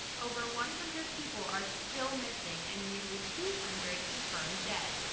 over one hundred people are still missing and nearly two hundred confirmed dead.